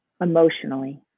emotionally